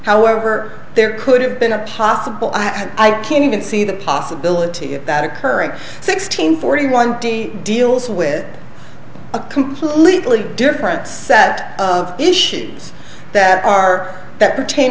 however there could have been a possible i can't even see the possibility that a current sixteen forty one deals with a completely different set of issues that are that pertain